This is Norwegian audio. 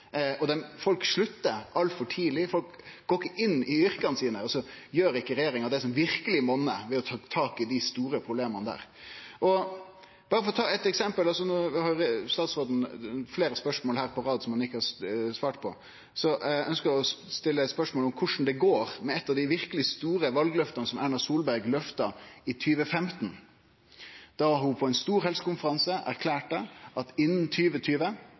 Folk sluttar altfor tidleg, folk går ikkje inn i yrka sine, og så gjer ikkje regjeringa det som verkeleg monnar, ved å ta tak i dei store problema der. Berre for å ta eitt eksempel: No har statsråden fleire spørsmål på rad han ikkje har svart på, så eg ønskjer å stille eit spørsmål om korleis det går med eit av dei verkeleg store valløfta Erna Solberg løfta i 2015. Då erklærte ho på ein stor helsekonferanse